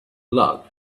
luck